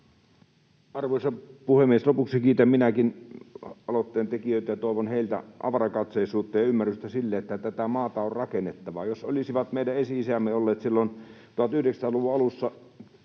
Arvoisa puhemies! Lopuksi kiitän minäkin aloitteen tekijöitä ja toivon heiltä avarakatseisuutta ja ymmärrystä sille, että tätä maata on rakennettava. Jos eivät olisi meidän esi-isämme olleet silloin 1900-luvun alussa